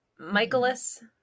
Michaelis